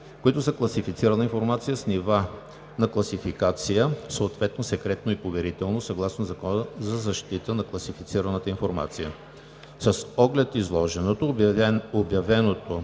които са класифицирана информация с нива на класификация съответно „секретно“ и „поверително“ съгласно Закона за защита на класифицираната информация. С оглед изложеното обявеното